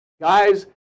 Guys